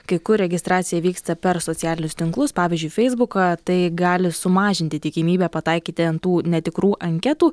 kai kur registracija vyksta per socialinius tinklus pavyzdžiui feisbuką tai gali sumažinti tikimybę pataikyti ant tų netikrų anketų